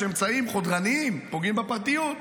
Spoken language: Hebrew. שהם אמצעים חודרניים ופוגעים בפרטיות,